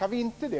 Om vi inte kan